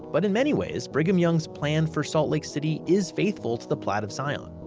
but in many ways, brigham young's plan for salt lake city is faithful to the plat of zion.